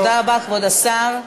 תודה רבה, כבוד השר.